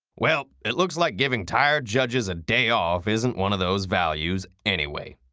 well, it looks like giving tired judges a day off isn't one of those values, anyway.